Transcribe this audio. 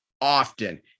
often